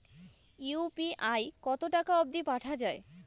UPI কতো টাকা অব্দি পাঠা যায়?